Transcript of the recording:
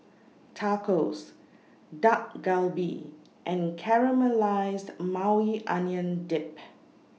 Tacos Dak Galbi and Caramelized Maui Onion Dip